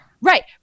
right